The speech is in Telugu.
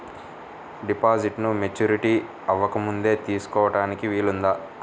డిపాజిట్ను మెచ్యూరిటీ అవ్వకముందే తీసుకోటానికి వీలుందా?